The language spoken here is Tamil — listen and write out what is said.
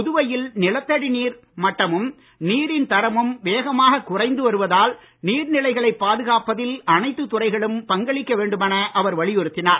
புதுவையில் நிலத்தடி நீர் மட்டமும் நீரின் தரமும் வேகமாகக் குறைந்துவருவதால் நீர் நிலைகளைப் பாதுகாப்பதில் அனைத்துத் துறைகளும் பங்களிக்க வேண்டுமென அவர் வலியுறுத்தினார்